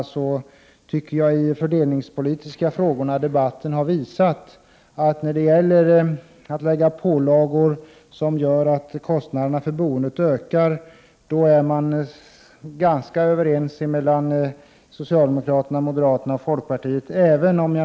Men debatten i de fördelningspolitiska frågorna har visat att när det gäller att föreslå pålagor som gör att kostnaderna för boendet ökar, är man ganska överens mellan socialdemokraterna, moderaterna och folkpartiet.